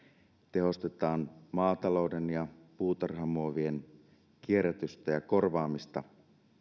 tehostetaan maatalouden ja puutarhamuovien kierrätystä ja korvaamista